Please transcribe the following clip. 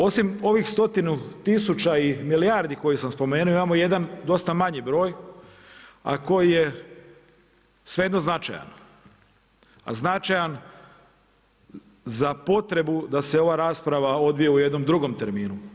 Osim ovih stotinu tisuća i milijardi koje sam spomenuo imamo jedan dosta manji broj, a koji je svejedno značajan, a značajan za potrebu da se ova rasprava odvije u jednom drugom terminu.